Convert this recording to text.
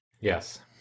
Yes